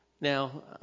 Now